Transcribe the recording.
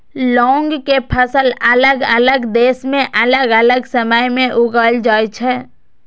लौंग के फसल अलग अलग देश मे अलग अलग समय मे उगाएल जाइ छै